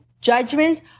Judgments